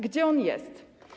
Gdzie on jest?